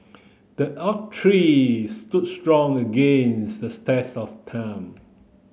the oak tree stood strong against the test of time